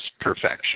perfection